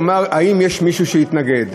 הוא אמר: האם יש מישהו שהתנגד?